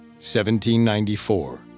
1794